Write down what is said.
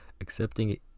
Accepting